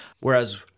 Whereas